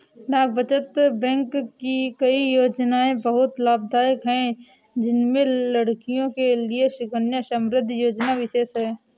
डाक बचत बैंक की कई योजनायें बहुत लाभदायक है जिसमें लड़कियों के लिए सुकन्या समृद्धि योजना विशेष है